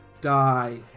die